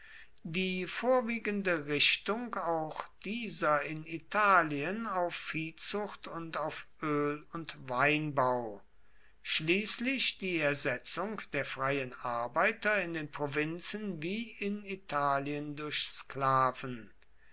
die vorwiegende richtung auch dieser in italien auf viehzucht und auf öl und weinbau schließlich die ersetzung der freien arbeiter in den provinzen wie in italien durch sklaven